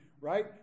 right